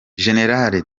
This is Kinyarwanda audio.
gen